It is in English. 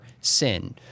sin